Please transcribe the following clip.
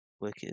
Wicked